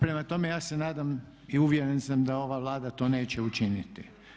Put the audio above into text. Prema tome, ja se nadam i uvjeren sam da ova Vlada to neće učiniti.